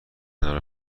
کنار